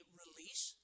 release